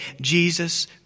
Jesus